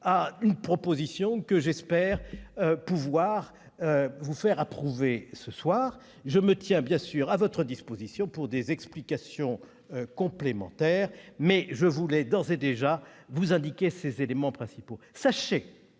à une proposition que j'espère vous faire approuver ce soir. Je me tiens bien sûr à votre disposition pour des explications complémentaires, mais je voulais d'ores et déjà vous indiquer ces éléments principaux. Sachez